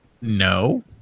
No